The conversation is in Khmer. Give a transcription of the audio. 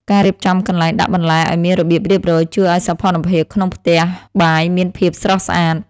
ការរៀបចំកន្លែងដាក់បន្លែឱ្យមានរបៀបរៀបរយជួយឱ្យសោភ័ណភាពក្នុងផ្ទះបាយមានភាពស្រស់ស្អាត។